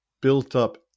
built-up